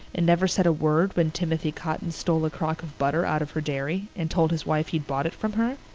and never said a word when timothy cotton stole a crock of butter out of her dairy and told his wife he'd bought it from her?